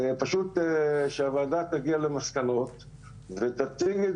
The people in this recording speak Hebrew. ופשוט שהוועדה תגיע למסקנות ותציג את